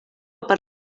per